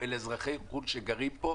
אלא אזרחי חו"ל שגרים פה,